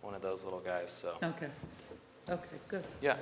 one of those little guys ok ok good yeah